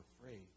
afraid